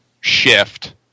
shift